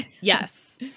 yes